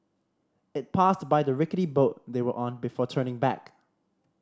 it passed by the rickety boat they were on before turning back